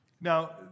Now